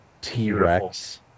T-Rex